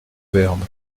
verbe